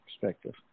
perspective